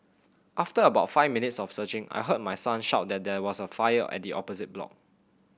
after about five minutes of searching I heard my son shout that there was a fire at the opposite block